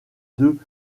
deux